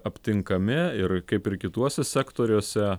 aptinkami ir kaip ir kituose sektoriuose